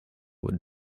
would